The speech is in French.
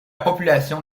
population